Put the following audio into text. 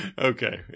Okay